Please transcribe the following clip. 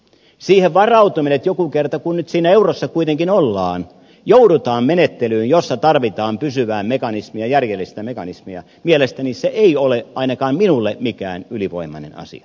siihen varautuminen että joku kerta kun nyt siinä eurossa kuitenkin ollaan joudutaan menettelyyn jossa tarvitaan pysyvää mekanismia järjellistä mekanismia mielestäni ei ole ainakaan minulle mikään ylivoimainen asia